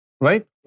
Right